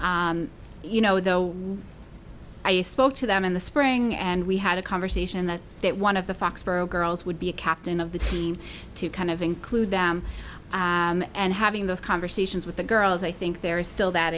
you know though when i spoke to them in the spring and we had a conversation that that one of the foxboro girls would be a captain of the team to kind of include them and having those conversations with the girls i think there is still that